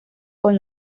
con